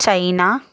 China